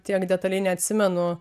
tiek detaliai neatsimenu